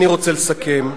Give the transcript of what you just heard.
אני רוצה לסכם.